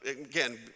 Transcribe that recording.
again